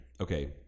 Okay